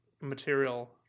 material